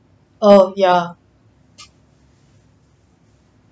oh yeah